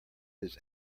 his